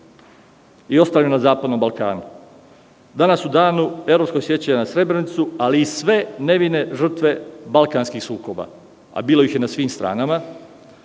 i ostalima na zapadnom Balkanu danas u danu evropskog sećanja na Srebrenicu, ali i sve nevine žrtve balkanskih sukoba, a bilo ih je na svim stranama,